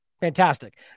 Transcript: Fantastic